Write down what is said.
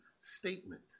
statement